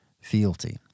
fealty